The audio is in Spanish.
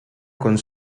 con